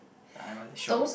I won't show you